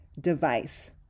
device